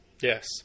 Yes